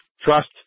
trust